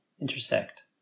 intersect